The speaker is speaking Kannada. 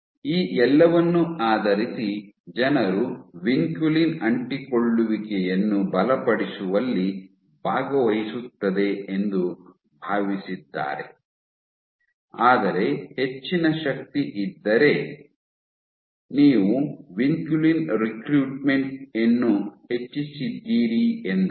ಈ ಎಲ್ಲವನ್ನು ಆಧರಿಸಿ ಜನರು ವಿನ್ಕುಲಿನ್ ಅಂಟಿಕೊಳ್ಳುವಿಕೆಯನ್ನು ಬಲಪಡಿಸುವಲ್ಲಿ ಭಾಗವಹಿಸುತ್ತದೆ ಎಂದು ಭಾವಿಸಿದ್ದಾರೆ ಅಂದರೆ ಹೆಚ್ಚಿನ ಶಕ್ತಿ ಇದ್ದರೆ ನೀವು ವಿನ್ಕುಲಿನ್ ರಿಕ್ರೂಟ್ಮೆಂಟ್ ಯನ್ನು ಹೆಚ್ಚಿಸಿದ್ದೀರಿ ಎಂದರ್ಥ